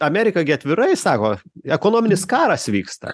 amerika gi atvirai sako ekonominis karas vyksta